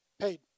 Paid